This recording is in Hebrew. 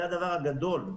זה הדבר הגדול.